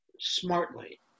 smartly